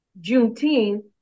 juneteenth